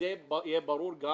שיהיה ברור גם